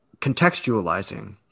contextualizing